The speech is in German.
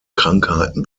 krankheiten